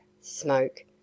smoke